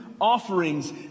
offerings